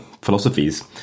philosophies